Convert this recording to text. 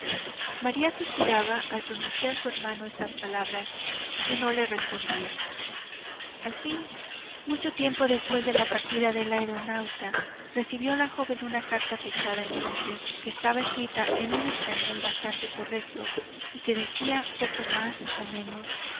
maría suspiraba al pronunciar su hermano estas palabras y no le respondía al fin mucho tiempo después de la partida del aeronauta recibió la joven una carta fechada en londres que estaba escrita en un español bastante correcto y que decía poco más o menos